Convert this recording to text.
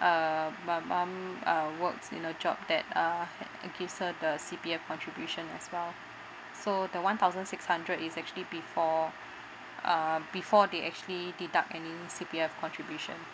err my mum works in a job that uh gives her the C_P_F contribution as well so the one thousand six hundred is actually before um before they actually deduct any C_P_F contribution